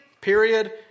period